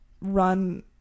run